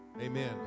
Amen